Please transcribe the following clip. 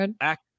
act